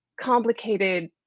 complicated